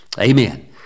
Amen